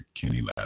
Kenny